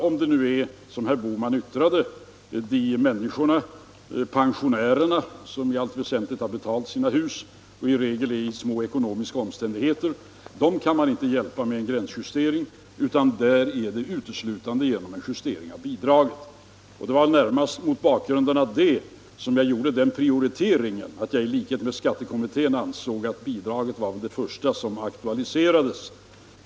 Om det nu är så, som herr Bohman yttrade, att de pensionärer som i allt väsentligt har betalt sina hus i regel är i små ekonomiska omständigheter, kan man ändå inte hjälpa dem med en gränsjustering utan uteslutande genom en justering av avdragen. Det var väl närmast mot den bakgrunden som jag i likhet med skattekommittén gjorde den prioriteringen att avdragen var det första som borde aktualiseras.